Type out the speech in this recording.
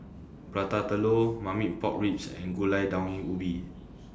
Prata Telur Marmite Pork Ribs and Gulai Daun Ubi